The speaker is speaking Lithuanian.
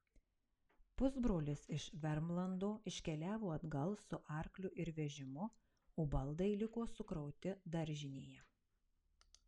pusbrolis iš vermlando iškeliavo atgal su arkliu ir vežimu o baldai liko sukrauti daržinėje